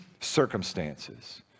circumstances